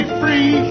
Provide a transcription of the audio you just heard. free